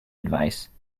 advice